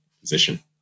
position